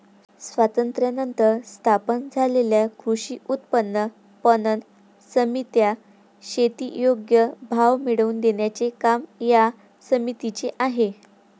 स्वातंत्र्यानंतर स्थापन झालेल्या कृषी उत्पन्न पणन समित्या, शेती योग्य भाव मिळवून देण्याचे काम या समितीचे आहे